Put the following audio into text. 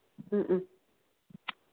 ꯎꯝ ꯎꯝ